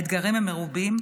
האתגרים הם מרובים,